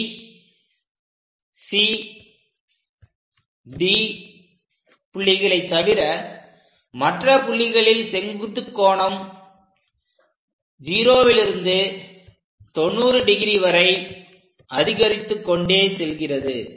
A B C D புள்ளிகளைத் தவிர மற்ற புள்ளிகளில் செங்குத்து கோணம் 0 லிருந்து 90° வரை அதிகரித்துக் கொண்டே செல்கிறது